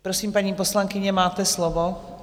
Prosím, paní poslankyně, máte slovo.